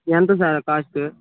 ఎంత sir cost